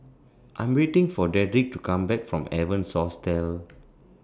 I Am waiting For Dedrick to Come Back from Evans Hostel